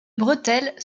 bretelles